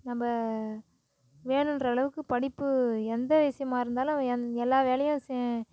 நம்ம வேணும்ன்ற அளவுக்கு படிப்பு எந்த விஷயமாக இருந்தாலும் எந்த எல்லாம் வேலையும் சே